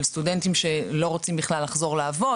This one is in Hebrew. של סטודנטים שלא רוצים בכלל לחזור לעבוד